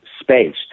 Space